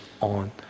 on